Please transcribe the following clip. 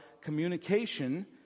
communication